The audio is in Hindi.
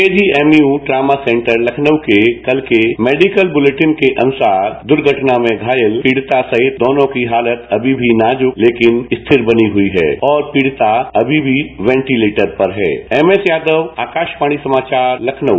केजीएमयू ट्रामा सेंटर लखनऊ के कल के मेडिकल बुलेटिन के अनुसार दुर्घटना में घायल पीड़िता सहित दोनों की हालत अभी भी नाजुक लेकिन स्थिर बनी हुई है और पीड़िता अभी भी वेंटिलेटर पर है एमएस यादव आकाशवाणी समाचार लखनऊ